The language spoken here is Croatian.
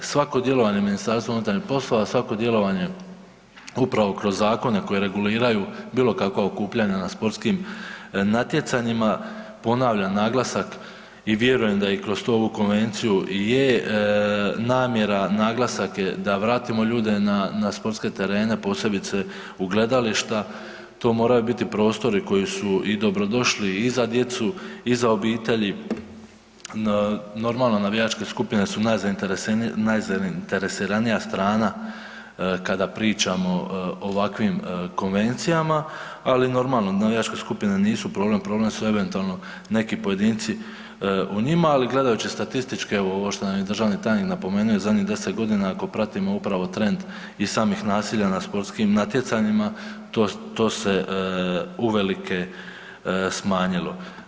Svako djelovanje MUP-a, svako djelovanje upravo kroz zakone koji reguliraju bilokakva okupljanja na sportskim natjecanjima, ponavljam, naglasak i vjerujem da i kroz ovu konvenciju i je namjera, naglasak je da vratimo ljude na sportske terene, posebice u gledališta, to moraju biti prostori koji su i dobrodošli i za djecu i za obitelji, normalno navijačke skupine su najzainteresiranija strana kada pričamo o ovakvim konvencijama, ali normalno, navijačke skupine nisu problem, problem su eventualno neki pojedinci u njima ali gledajući statističke, evo ovo što nam je državni tajnik napomenu je zadnjih 10 g. ako pratimo upravo trend i samih nasilja na sportskim natjecanjima, to se uvelike smanjilo.